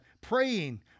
praying